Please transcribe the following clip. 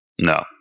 No